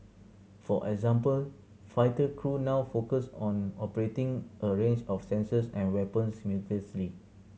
for example fighter crew now focus on operating a range of sensors and weapons simultaneously